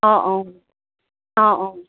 অঁ অঁ অঁ অঁ